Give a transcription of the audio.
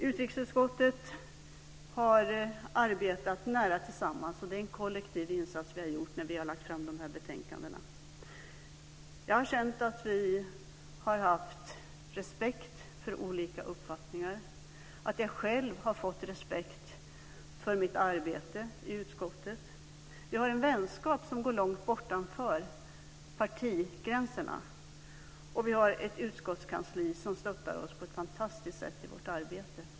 Utrikesutskottets ledamöter har arbetat nära tillsammans, och det är en kollektiv insats från oss som ligger bakom de betänkanden som vi har lagt fram. Jag har känt att vi har haft respekt för olika uppfattningar och att jag själv har fått respekt för mitt arbete i utskottet. Vi har en vänskap som går långt utöver partigränserna, och vi har ett utskottskansli som stöttar oss på ett fantastiskt sätt i vårt arbete.